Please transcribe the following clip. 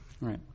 Right